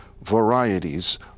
varieties